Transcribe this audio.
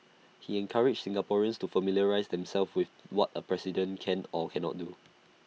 he encouraged Singaporeans to familiarise themselves with what A president can or cannot do